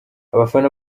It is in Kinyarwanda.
abafana